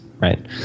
Right